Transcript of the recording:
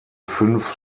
fünf